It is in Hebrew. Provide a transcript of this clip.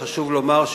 וחשוב לומר,